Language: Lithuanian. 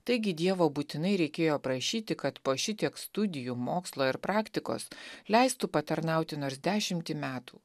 taigi dievo būtinai reikėjo prašyti kad po šitiek studijų mokslo ir praktikos leistų patarnauti nors dešimtį metų